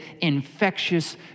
infectious